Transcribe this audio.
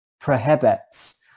prohibits